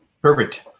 Perfect